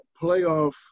playoff